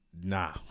Nah